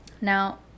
Now